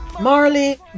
marley